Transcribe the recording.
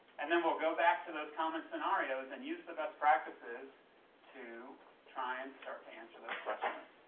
and then we'll go back to those common scenarios and use the best practices to try and start to answer those questions.